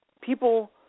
people